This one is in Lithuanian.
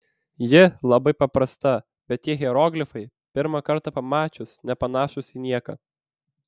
ji labai paprasta bet tie hieroglifai pirmą kartą pamačius nepanašūs į nieką